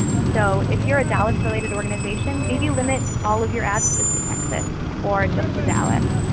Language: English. so if you're a dallas related organization maybe limit all of your ads just to texas or just to dallas.